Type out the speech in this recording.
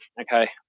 okay